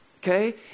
Okay